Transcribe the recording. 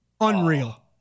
unreal